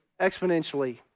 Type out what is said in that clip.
exponentially